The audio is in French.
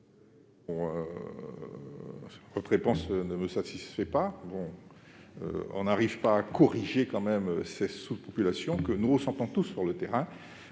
...